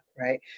Right